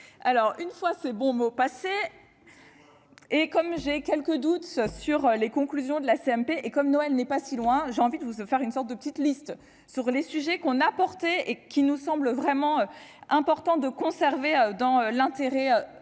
alors une fois ses bons mots passer et comme j'ai quelques doutes sur les conclusions de la CMP et comme Noël n'est pas si loin, j'ai envie de vous faire une sorte de petite liste sur les sujets qu'on apportés et qui nous semble vraiment important de conserver dans l'intérêt national,